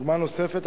ודוגמה נוספת,